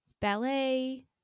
ballet